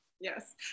yes